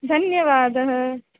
धन्यवादः